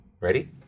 Ready